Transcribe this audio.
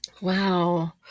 Wow